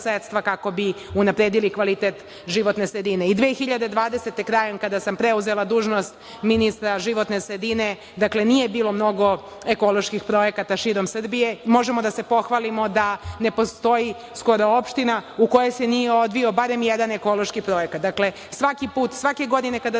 kako bi unapredili kvalitet životne sredine. Godine 2020. krajem kada sam preuzela dužnost ministra životne sredine, dakle, nije bilo mnogo ekoloških projekata širom Srbije. Možemo da se pohvalimo da ne postoji skoro opština u kojoj se nije odvio barem jedan ekološki projekat. Dakle, svaki put, svake godine kada